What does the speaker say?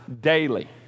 daily